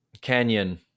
Canyon